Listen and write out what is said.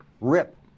rip